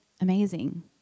amazing